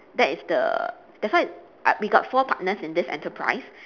that is the that's why I we got four partners in this enterprise